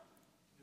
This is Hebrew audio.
על